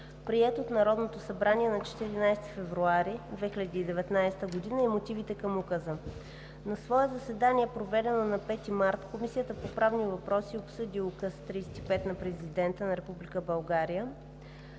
приет от Народното събрание на 14 февруари 2019 г., и мотивите към Указа На свое заседание, проведено на 5 март 2019 г., Комисията по правни въпроси обсъди Указ № 35 на Президента на